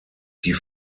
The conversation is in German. die